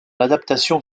adaptation